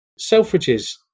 Selfridges